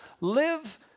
live